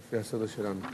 לפי הסדר שלנו.